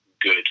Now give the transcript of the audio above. good